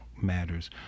matters